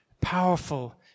Powerful